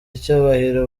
icyubahiro